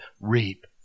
reap